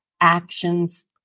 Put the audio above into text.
actions